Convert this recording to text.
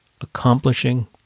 Accomplishing